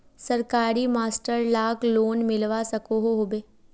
सरकारी master lakh loan मिलवा सकोहो होबे?